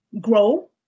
grow